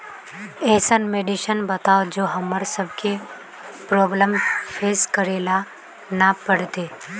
ऐसन मेडिसिन बताओ जो हम्मर सबके प्रॉब्लम फेस करे ला ना पड़ते?